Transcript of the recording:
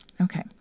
Okay